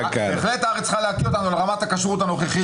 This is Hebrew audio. --- בהחלט הארץ צריכה להקיא אותנו על פי רמת הכשרות הנוכחית.